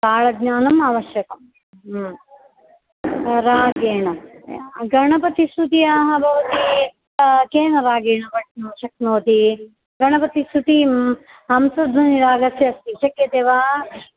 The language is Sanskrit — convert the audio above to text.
ताळज्ञानम् आवश्यकम् रागेण गणपतिस्तुत्याः भवती केन रागेण पठितुं शक्नोति गणपतिस्तुतिं हंसध्वनिरागस्य अस्ति शक्यते वा